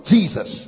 Jesus